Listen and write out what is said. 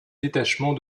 détachement